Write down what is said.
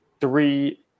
three